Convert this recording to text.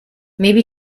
maybe